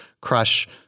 crush